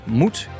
moet